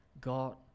God